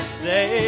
say